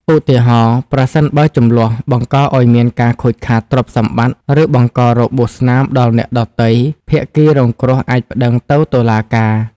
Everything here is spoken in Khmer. ឧទាហរណ៍ ប្រសិនបើជម្លោះបង្កឲ្យមានការខូចខាតទ្រព្យសម្បត្តិ ឬបង្ករបួសស្នាមដល់អ្នកដទៃ ភាគីរងគ្រោះអាចប្តឹងទៅតុលាការ។